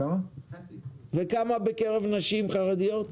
וכמה בקרב נשים חרדיות?